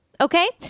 Okay